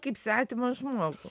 kaip svetimą žmogų